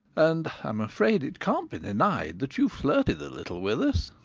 and i am afraid it can't be denied that you flirted a little with us.